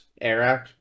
Eric